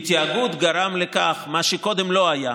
כי תאגוד גרם לכך, מה שקודם לא היה.